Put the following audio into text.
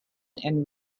and